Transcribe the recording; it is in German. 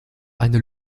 eine